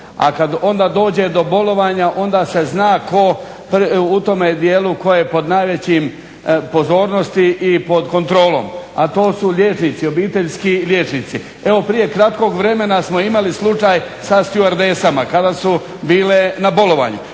A kada dođe do bolovanja onda se zna u tome dijelu tko je pod najvećim pozornosti i pod kontrolom, a to su liječnici obiteljski liječnici. Evo prije kratkog vremena smo imali slučaj sa stjuardesama kada su bile na bolovanju